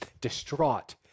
distraught